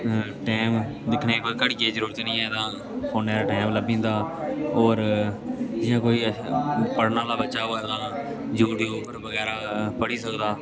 time दिक्खने कोई घड़ियै दी जरूरत नेईं ऐ तां फोनै 'र टैम लब्भी जंदा होर जि'यां कोई पढ़ने आह्ला बच्चा होऐ तां यूट्यूब उप्पर बगैरा पढ़ी सकदा